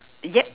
yup